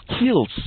skills